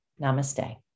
Namaste